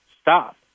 stop